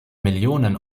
millionen